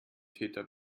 täter